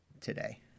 today